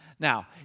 Now